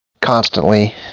constantly